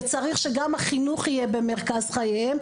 וצריך שגם החינוך יהיה במרכז חייהם,